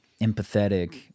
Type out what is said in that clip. empathetic